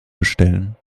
bestellen